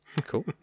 Cool